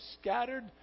scattered